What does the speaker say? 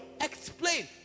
Explain